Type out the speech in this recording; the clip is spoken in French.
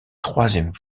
troisième